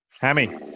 Hammy